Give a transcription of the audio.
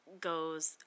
goes